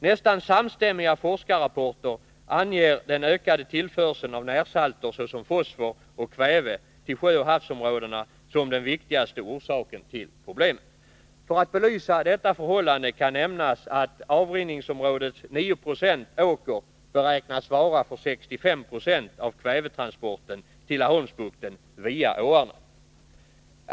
Nästan samstämmiga forskarrapporter anger den ökade tillförseln av närsalter, såsom fosfor och kväve, till sjöoch havsområdena som den viktigaste orsaken till problemen. För att belysa detta förhållande kan nämnas att avrinningsområdets 9 90 åker beräknas svara för 65 70 av kvävetransporten till Laholmsbukten via åarna.